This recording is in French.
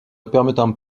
permettant